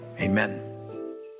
Amen